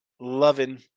loving